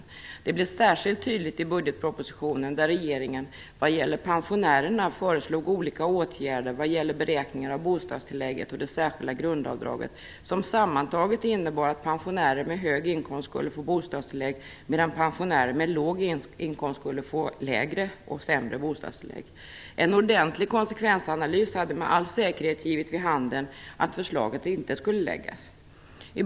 Detta behov blev särskilt tydligt i budgetpropositionen, där regeringen för pensionärerna föreslog olika åtgärder vad gällde beräkningar av bostadstillägget och det särskilda grundavdraget som sammantaget innebar att pensionärer med hög inkomst skulle få bostadstillägg medan pensionärer med låg inkomst skulle få ett försämrat bostadstillägg. En ordentlig konsekvensanalys hade med all säkerhet givit vid handen att förslagen inte skulle läggas fram.